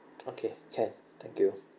okay can thank you